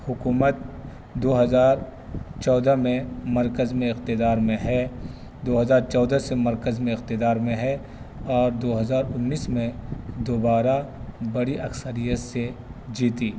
حکومت دو ہزار چودہ میں مرکز میں اقتدار میں ہے دو ہزار چودہ سے مرکز میں اقتدار میں ہے اور دو ہزار انیس میں دوبارہ بڑی اکثریت سے جیتی